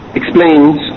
explains